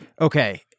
Okay